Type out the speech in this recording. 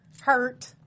hurt